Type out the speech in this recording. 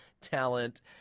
talent